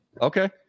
Okay